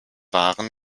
waren